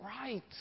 right